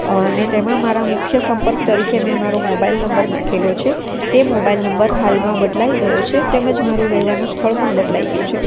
અને તેમાં મારા મુખ્ય સંપર્ક તરીકે મેં મારો મોબાઈલ નંબર નાખેલો છે તે મોબાઈલ નંબર હાલમાં બદલાઈ ગયો છે તેમજ મારું રહેવાનું સ્થળ પણ બદલાઈ ગયું છે